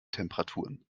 temperaturen